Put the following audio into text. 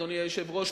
אדוני היושב-ראש,